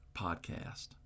Podcast